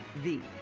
veep,